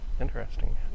Interesting